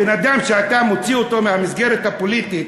בן-אדם שאתה מוציא מהמסגרת הפוליטית,